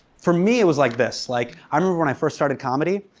for me it was like this like, i remember when i first started comedy.